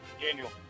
Daniel